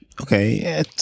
Okay